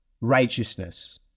righteousness